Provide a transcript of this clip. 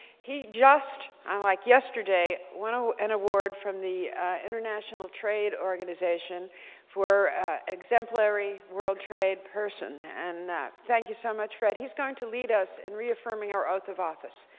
he just like yesterday won ah an award from the international trade organization for exemplary world trade person, and thank you so much, fred. he is going to lead us in reaffirming our oath of office.